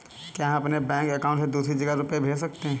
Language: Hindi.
क्या हम अपने बैंक अकाउंट से दूसरी जगह रुपये भेज सकते हैं?